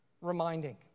reminding